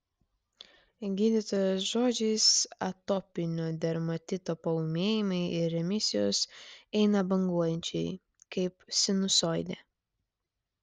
gydytojos žodžiais atopinio dermatito paūmėjimai ir remisijos eina banguojančiai kaip sinusoidė